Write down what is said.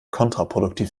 kontraproduktiv